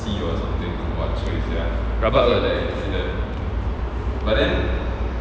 rabak ah